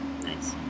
Nice